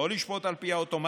לא לשפוט על פי האוטומט,